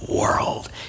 world